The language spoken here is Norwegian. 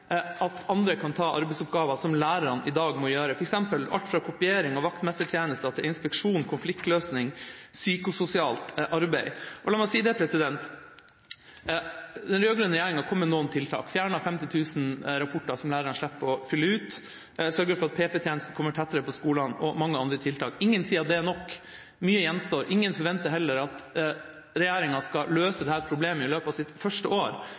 at andre kan ta arbeidsoppgaver som lærerne i dag må gjøre, f.eks. alt fra kopiering og vaktmestertjenester til inspeksjon, konfliktløsning og psykososialt arbeid. Den rød-grønne regjeringa kom med noen tiltak. Den fjernet 50 000 rapporter som lærerne nå slipper å fylle ut. Den sørget for at PP-tjenesten kommer tettere på skolene, og mange andre tiltak. Ingen sier det er nok – mye gjenstår. Ingen forventer heller at regjeringa skal løse dette problemet i løpet av sitt første år,